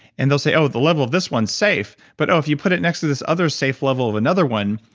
and they'll say, oh, the level of this one's safe, but oh, if you put it next to this other safe level of another one,